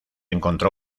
encontró